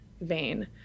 vein